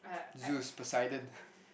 Zeus Poseidon